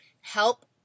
help